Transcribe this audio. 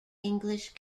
english